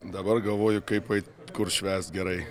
dabar galvoju kaip eit kur švęst gerai